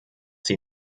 sie